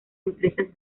empresas